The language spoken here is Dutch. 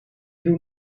doe